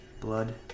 Blood